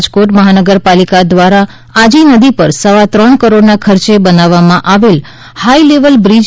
રાજકોટ મહાનગરપાલિકા દ્વારા આજી નદી પર સવા ત્રણ કરોડના ખર્ચે બનવવામાં આવેલ હાઈલેવલ બ્રિજ